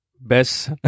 best